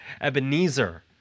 Ebenezer